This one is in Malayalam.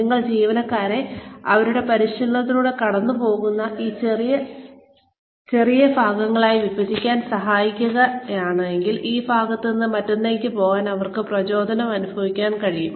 നിങ്ങൾ ജീവനക്കാരെ അവരുടെ പരിശീലനത്തിലൂടെ കടന്നുപോകുന്ന ഈ ലക്ഷ്യം ചെറിയ ഭാഗങ്ങളായി വിഭജിക്കാൻ സഹായിക്കുകയാണെങ്കിൽ ഒരു ഭാഗത്ത് നിന്ന് മറ്റൊന്നിലേക്ക് പോകാൻ അവർക്ക് പ്രചോദനം അനുഭവിക്കാൻ കഴിയും